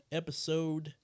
episode